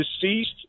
deceased